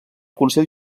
consell